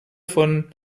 vom